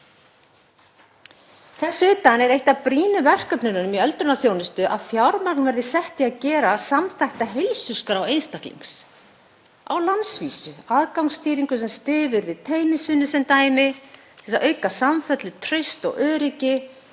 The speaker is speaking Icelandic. Þess utan er eitt af brýnu verkefnunum í öldrunarþjónustu að fjármagn verði sett í að gera samþætta heilsuskrá einstaklings á landsvísu, aðgangsstýringu sem styður við teymisvinnu, sem dæmi, til að auka samfellu, traust og öryggi,